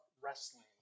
wrestling